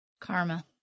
Karma